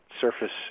surface